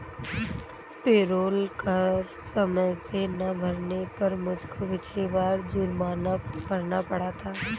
payroll कर समय से ना भरने पर मुझको पिछली बार जुर्माना भरना पड़ा था